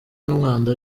n’umwanda